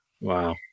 Wow